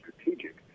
strategic